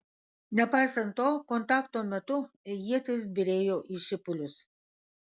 nepaisant to kontakto metu ietys byrėjo į šipulius